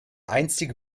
einstige